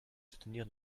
soutenir